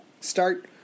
Start